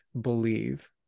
believe